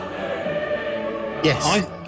Yes